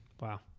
wow